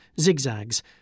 zigzags